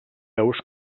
veus